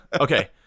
okay